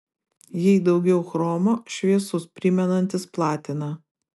jei daugiau chromo šviesus primenantis platiną